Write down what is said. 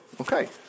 Okay